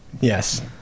yes